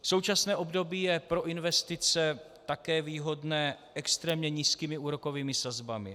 Současné období je pro investice také výhodné extrémně nízkými úrokovými sazbami.